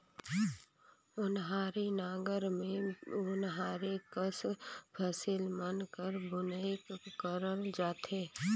ओन्हारी नांगर मे ओन्हारी कस फसिल मन कर बुनई करल जाथे